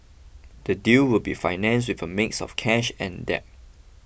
the deal will be financed with a mix of cash and debt